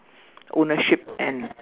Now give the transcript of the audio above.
ownership and